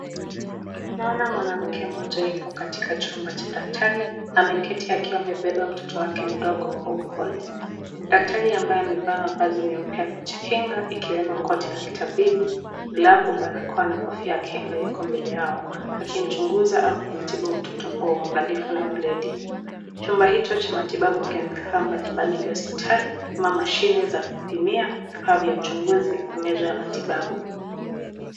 Naona mwanamke mmoja yupo katika chumba cha daktari, ameketi wakiwa amebeba mtoto wake mdogo kwa upole, daktari ambaye amevaa mavazi meupe ya kujikinga ikiwemo koti la kitabibu, barakoa ya kinga iko mbele yao, akimchunguza au kumtibu mtoto kwa uangalifu na weledi, chumba hicho cha matibabu kina vifaaa mbalimbali vya hospitali, kama mashine vya kupimia, vifaa vya uchunguzi na meza ya matibabu.